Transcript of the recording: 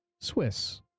Swiss